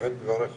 באמת מברך אתכם,